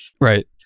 Right